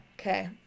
Okay